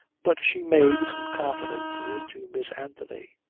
but she made some confidences to miss anthony.